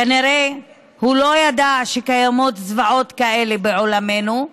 כנראה שהוא לא ידע שקיימות זוועות כאלה בעולמנו,